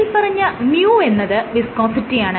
മേല്പറഞ്ഞ µ വെന്നത് വിസ്കോസിറ്റിയാണ്